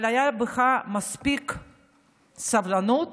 הייתה לך מספיק סבלנות